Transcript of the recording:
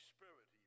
Spirit